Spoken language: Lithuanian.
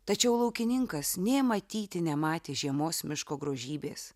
tačiau laukininkas nė matyti nematė žiemos miško grožybės